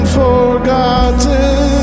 forgotten